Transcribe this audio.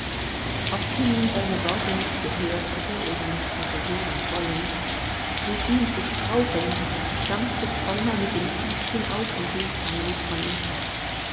ob sie nun seine worte nicht gehört hatte oder nicht hatte hören wollen sie schien zu straucheln stampfte zweimal mit dem füßchen auf und lief eilig von ihm fort